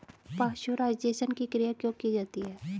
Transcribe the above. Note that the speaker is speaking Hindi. पाश्चुराइजेशन की क्रिया क्यों की जाती है?